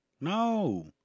No